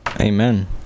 Amen